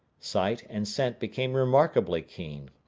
sight and scent became remarkably keen,